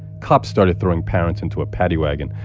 cops started throwing parents into a paddy wagon,